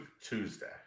Tuesday